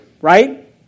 right